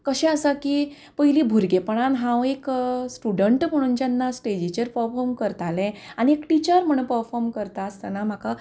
कशें आसा की पयलीं भुरगेपणान हांव एक स्टुडंट म्हणून जेन्ना स्टेजीचेर परफॉर्म करतालें आनी एक टिचर म्हणून परफॉर्म करता आसतना म्हाका